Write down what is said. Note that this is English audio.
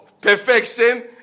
Perfection